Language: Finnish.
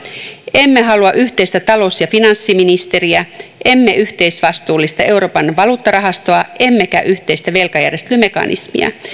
emme halua yhteistä talous ja finanssiministeriä emme yhteisvastuullista euroopan valuuttarahastoa emmekä yhteistä velkajärjestelymekanismia